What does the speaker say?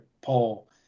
poll